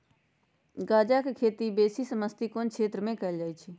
गञजा के खेती बेशी समशीतोष्ण क्षेत्र में कएल जाइ छइ